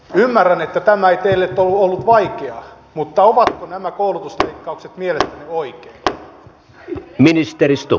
ymmärrän että tämä ei teille ole ollut vaikeaa mutta ovatko nämä koulutusleikkaukset mielestänne oikein